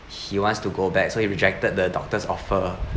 he wants to go back so he rejected the doctors offer